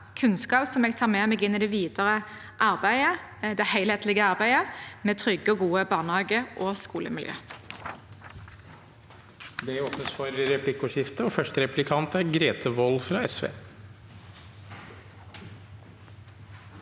kunnskap som jeg tar med meg inn i det helhetlige arbeidet med trygge og gode barnehager og skolemiljø.